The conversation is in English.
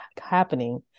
happening